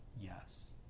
yes